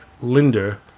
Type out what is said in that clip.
Linder